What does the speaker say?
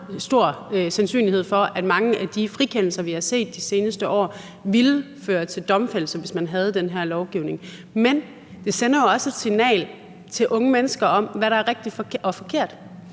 meget stor sandsynlighed for, at mange af de frikendelser, vi har set de seneste år, ville have ført til domfældelse, hvis man havde den her lovgivning. Men det sender jo også et signal til unge mennesker om, hvad der er rigtigt og forkert.